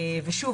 ושוב,